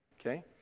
Okay